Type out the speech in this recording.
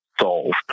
solved